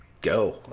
go